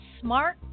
smart